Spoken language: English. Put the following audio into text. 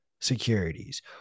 securities